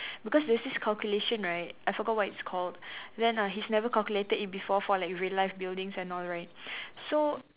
because there's this calculation right I forgot what it's called then uh he's never calculated it before for like real life buildings and all right so